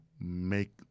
make